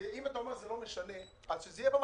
אם אתה אומר שזה לא משנה, אז שזה יהיה במטרות.